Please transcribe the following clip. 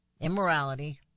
immorality